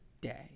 day